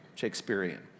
Shakespearean